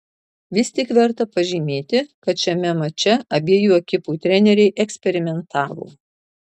vis tik verta pažymėti kad šiame mače abiejų ekipų treneriai eksperimentavo